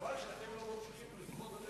חבל שאתם לא ממשיכים את הדרך הזאת.